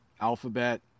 alphabet